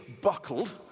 buckled